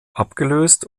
abgelöst